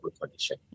condition